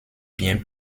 bien